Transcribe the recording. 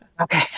Okay